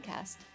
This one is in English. Podcast